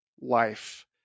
life